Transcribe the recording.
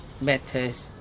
matters